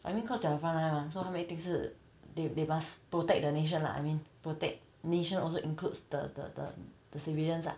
I mean cause they are frontline mah so 他们一定是 they they must protect the nation lah I mean protect nation also includes the the the civilians lah